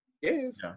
yes